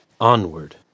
onward